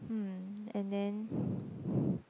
hmm and then